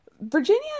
Virginia